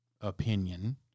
opinion